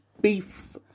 beef